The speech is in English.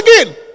again